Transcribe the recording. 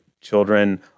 children